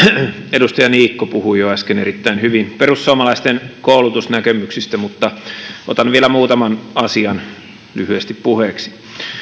edustaja niikko puhui jo äsken erittäin hyvin perussuomalaisten koulutusnäkemyksistä mutta otan vielä muutaman asian lyhyesti puheeksi